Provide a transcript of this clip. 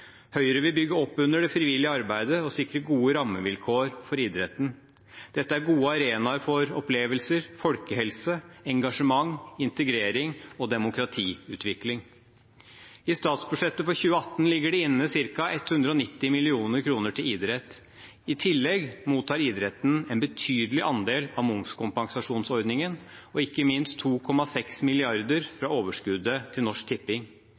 Høyre vil bygge opp under det frivillige arbeidet og sikre gode rammevilkår for idretten. Dette er gode arenaer for opplevelser, folkehelse, engasjement, integrering og demokratiutvikling. I statsbudsjettet for 2018 ligger det inne ca. 190 mill. kr til idrett. I tillegg mottar idretten en betydelig andel av momskompensasjonen og ikke minst 2,6 mrd. kr fra overskuddet til Norsk Tipping.